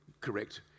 correct